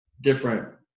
different